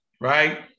right